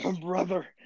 brother